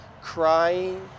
crying